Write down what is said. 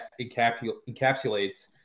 encapsulates